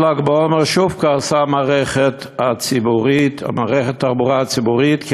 בל"ג בעומר שוב קרסה מערכת התחבורה הציבורית,